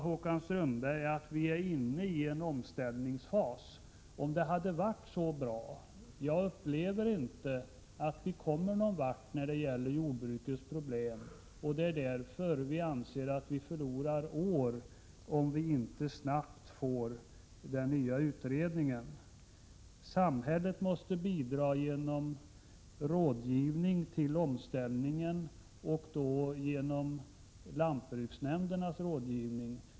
Håkan Strömberg sade att jordbruket är i en omställningsfas. Om det hade varit så bra! Jag upplever inte att vi kommer någonvart med jordbrukets problem, och det är därför folkpartiet anser att år går förlorade om det inte snabbt tillsätts en ny utredning. Samhället måste genom lantbruksnämnderna bidra med rådgivning till omställningen.